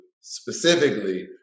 specifically